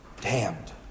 damned